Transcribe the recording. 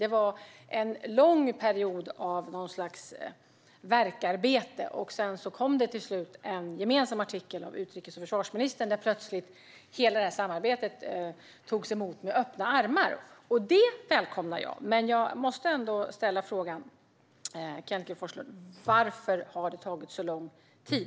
Det var en lång period av värkarbete innan det till slut kom en gemensam artikel av utrikesministern och försvarsministern där plötsligt hela detta samarbete togs emot med öppna armar. Jag välkomnar det, men jag måste ändå fråga Kenneth G Forslund: Varför har det tagit så lång tid?